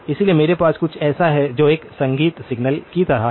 इसलिए मेरे पास कुछ ऐसा है जो एक संगीत सिग्नल की तरह है